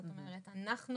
זאת אומרת אנחנו